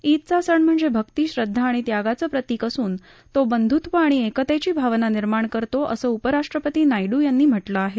ईदचा सण म्हणजे अक्ती श्रद्धा आणि त्यागाचं प्रतिक असून तो बंध्त्व आणि एकतेची भावना निर्माण करतो असं उपराष्ट्रपती नायडू यांनी म्हटलं आहे